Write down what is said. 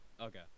Okay